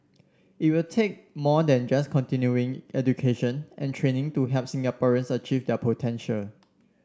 it will take more than just continuing education and training to help Singaporeans achieve their potential